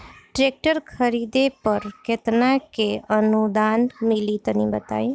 Tractor खरीदे पर कितना के अनुदान मिली तनि बताई?